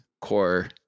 core